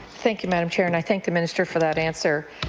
thank you, madam chair. and i thank the minister for that answer.